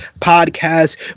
podcast